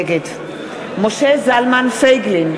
נגד משה זלמן פייגלין,